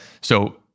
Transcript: So-